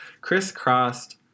crisscrossed